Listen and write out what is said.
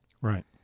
Right